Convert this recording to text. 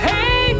Hey